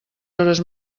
hores